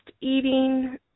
eating